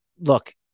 Look